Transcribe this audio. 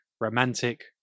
romantic